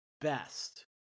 best